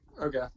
Okay